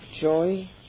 joy